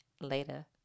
later